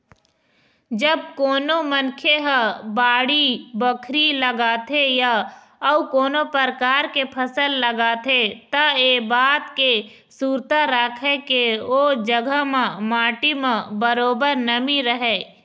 जब कोनो मनखे ह बाड़ी बखरी लगाथे या अउ कोनो परकार के फसल लगाथे त ऐ बात के सुरता राखय के ओ जघा म माटी म बरोबर नमी रहय